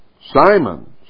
Simon